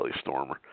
Stormer